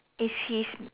is his